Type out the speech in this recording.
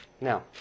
Now